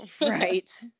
Right